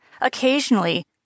Occasionally